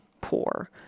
poor